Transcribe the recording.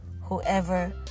whoever